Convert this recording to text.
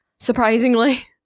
Surprisingly